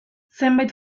zenbait